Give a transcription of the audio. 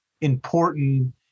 important